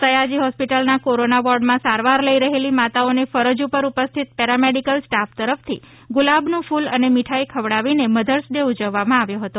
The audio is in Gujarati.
સયાજી હોસ્પિટલના કોરોના વોર્ડમાં સારવાર લઈ રહેલી માતાઓને ફરજ પર ઉપસ્થિત પેરામેડિકલ સ્ટાફ તરફથી ગુલાબનું ફૂલ અને મીઠાઈ ખવડાવીને મધર્સ ડે ઉજવવામાં આવ્યો હતો